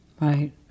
Right